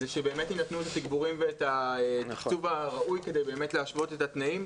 זה שבאמת יינתנו התיגבורים והתקצוב הראוי כדי להשוות את התנאים.